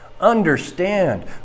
understand